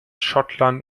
schottland